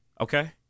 Okay